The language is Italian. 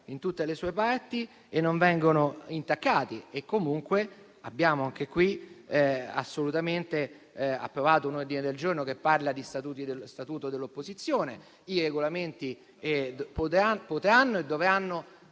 in tutte le sue parti e non vengono intaccati. Comunque a tale riguardo abbiamo anche approvato un ordine del giorno che parla di statuto dell'opposizione, e i Regolamenti potranno e dovranno